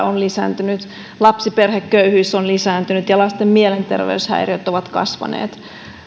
on lisääntynyt lapsiperheköyhyys on lisääntynyt ja lasten mielenterveyshäiriöt ovat kasvaneet